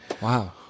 wow